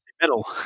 middle